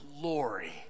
glory